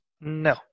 No